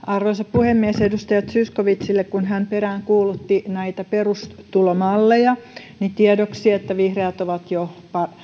puhemies edustaja zyskowiczille tiedoksi kun hän peräänkuulutti näitä perustulomalleja että vihreät ovat jo